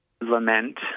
lament